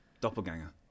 Doppelganger